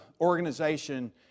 organization